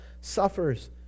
suffers